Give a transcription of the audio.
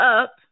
up